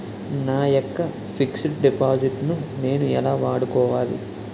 నా యెక్క fixed deposit ను నేను ఎలా వాడుకోవాలి?